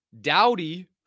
dowdy